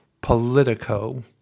Politico